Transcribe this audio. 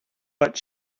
but